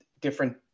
different